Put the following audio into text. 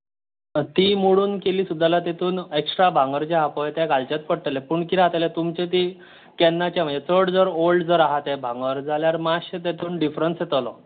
तीं मोडून केलीं सुद्दां जाल्यार तातूंत एक्सट्रा भांगार जें आसा पळय तें घालचेंच पडटलें पूण कितें जातलें तुमचीं तीं केन्नाचें म्हणचें चड ओल्ड जर आसा तें भांगार जाल्यार मातशे तातूंत डिफ्रंस येतलो